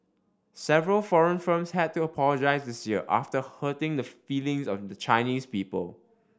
several foreign firms had to apologise this year after hurting the feelings of the Chinese people